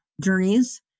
journeys